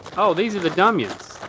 oh, these are the dumyuns.